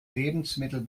lebensmittel